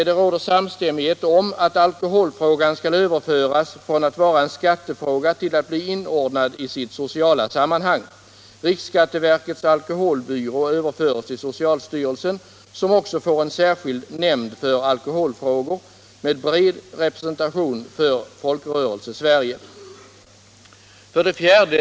Det råder samstämmighet om att alkoholfrågan skall överföras från att vara en skattefråga till att bli inordnad i sitt sociala sammanhang. Riksskatteverkets alkoholbyrå överförs till socialstyrelsen, som också får en särskild nämnd för alkoholfrågor med bred representation för Folk 4.